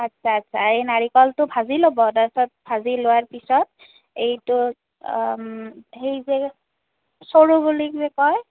আচ্ছা আচ্ছা এই নাৰিকলটো ভাজি ল'ব তাৰপাছত ভাজি লোৱাৰ পিছত এইটো সেইযে চৰু বুলি যে কয়